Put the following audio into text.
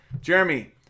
Jeremy